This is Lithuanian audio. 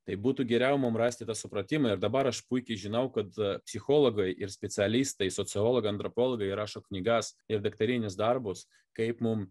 tai būtų geriau mums rasti tą supratimą ir dabar aš puikiai žinau kad psichologai ir specialistai sociologai antropologai rašo knygas ir daktarinius darbus kaip mum